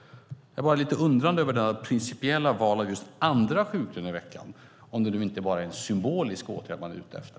Jag är bara lite undrande över detta principiella val av just andra sjuklöneveckan, om det nu inte bara är en symbolisk åtgärd man är ute efter.